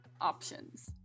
options